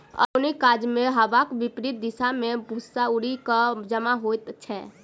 ओसौनीक काजमे हवाक विपरित दिशा मे भूस्सा उड़ि क जमा होइत छै